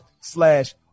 slash